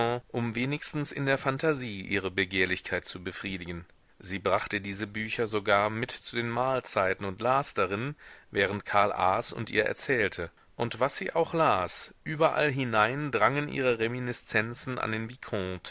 um wenigstens in der phantasie ihre begehrlichkeit zu befriedigen sie brachte diese bücher sogar mit zu den mahlzeiten und las darin während karl aß und ihr erzählte und was sie auch las überallhinein drangen ihre reminiszenzen an den